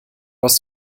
hast